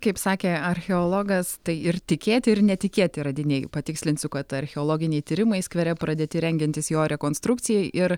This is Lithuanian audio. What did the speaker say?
kaip sakė archeologas tai ir tikėti ir netikėti radiniai patikslinsiu kad archeologiniai tyrimai skvere pradėti rengiantis jo rekonstrukcijai ir